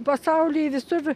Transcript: pasauly visur